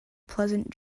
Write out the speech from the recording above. pleasant